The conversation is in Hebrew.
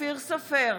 אופיר סופר,